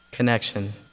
Connection